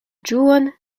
ĝuon